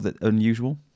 unusual